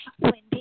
Wendy